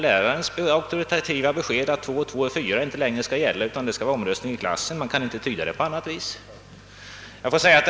Lärarens auktoritativa besked att två gånger två är fyra skall inte längre gälla, utan saken skall göras till föremål för omröstning i klassen — uttalandena i pamfletten kan inte tydas på annat sätt.